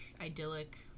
idyllic